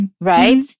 Right